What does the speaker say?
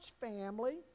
family